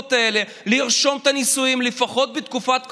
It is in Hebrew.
לזוגות האלה לרשום את הנישואים לפחות בתקופת הקורונה,